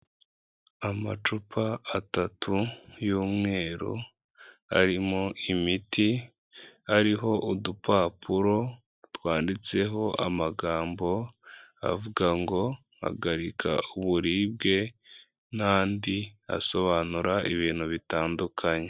Amacupa atatu y'umweru, harimo imiti hariho udupapuro twanditseho amagambo avuga ngo hagarika uburibwe n'andi asobanura ibintu bitandukanye.